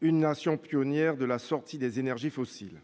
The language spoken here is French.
une nation pionnière de la sortie des énergies fossiles.